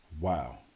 Wow